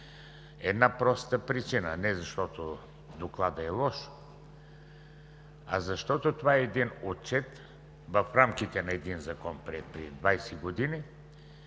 една проста причина – не защото Докладът е лош, а защото това е отчет в рамките на един закон, приет преди 20 години.